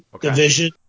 division